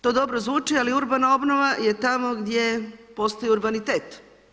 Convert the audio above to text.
To dobro zvuči ali urbana obnova je tamo gdje postoji urbanitet.